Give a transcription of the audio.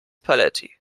paletti